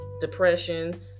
depression